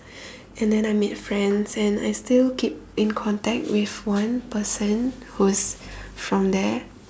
and than I made friends and I still keep in contact with one person who's from there